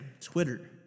twitter